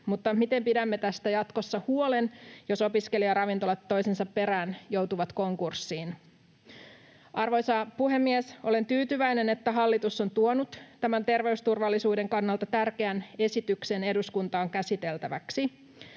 miten pidämme tästä jatkossa huolen, jos opiskelijaravintolat toisensa perään joutuvat konkurssiin? Arvoisa puhemies! Olen tyytyväinen, että hallitus on tuonut tämän terveysturvallisuuden kannalta tärkeän esityksen eduskuntaan käsiteltäväksi.